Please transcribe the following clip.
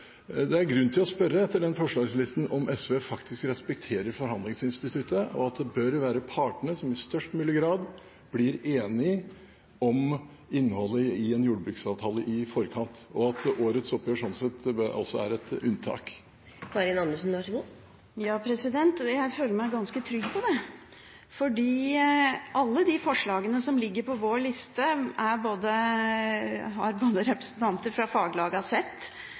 den forslagslista grunn til å spørre om SV faktisk respekterer forhandlingsinstituttet, og at det bør være partene som i størst mulig grad blir enige om innholdet i en jordbruksavtale i forkant, og at årets oppgjør, slik sett, er et unntak. Ja, jeg føler meg ganske trygg på det, fordi alle de forslagene som er på vår liste, har representanter fra